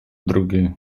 drugiej